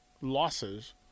losses –